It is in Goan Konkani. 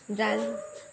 दान